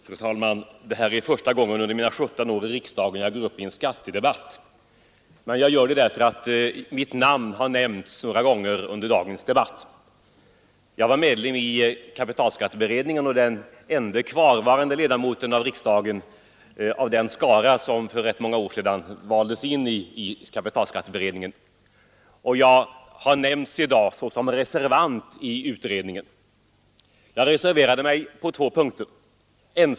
Fru talman! Det här är första gången under mina 17 riksdagsår som jag går upp i en skattedebatt, men jag gör det därför att mitt namn har nämnts några gånger under dagens diskussion. Jag var medlem av kapitalskatteberedningen och är den ende kvarvarande här i riksdagen av den skara som för rätt många år sedan sattes in i kapitalskatteberedningen. I dag har jag nämnts såsom reservant i beredningen. Jag reserverade mig ensam på två punkter.